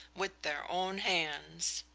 with their own hands.